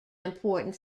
important